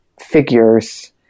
figures